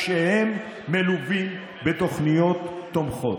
כשהם מלווים בתוכניות תומכות,